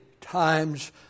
times